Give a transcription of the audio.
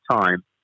time